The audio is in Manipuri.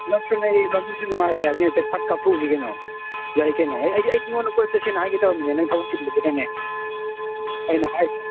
ꯅꯛꯁꯨ ꯅꯛꯏ ꯂꯝꯕꯤꯁꯨ ꯅꯨꯡꯉꯥꯏꯔꯦ ꯍꯥꯏꯕꯅꯦ ꯍꯥꯏꯐꯦꯠ ꯐꯠ ꯀꯞꯊꯣꯛꯎꯁꯤ ꯀꯩꯅꯣ ꯌꯥꯏ ꯀꯩꯅꯣ ꯑꯩꯗꯤ ꯅꯉꯣꯟꯗ ꯀꯣꯏꯕ ꯆꯠꯁꯤꯅ ꯍꯥꯏꯒꯦ ꯇꯧꯔꯝꯃꯤꯅꯦ ꯅꯪ ꯊꯕꯛ ꯆꯤꯟꯕꯗꯨꯗꯅꯦ ꯑꯩꯅ ꯍꯥꯏꯗꯕ